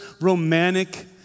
romantic